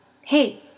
Hey